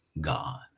God